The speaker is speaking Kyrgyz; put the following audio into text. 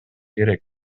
керек